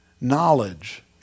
Knowledge